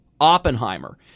Oppenheimer